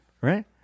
right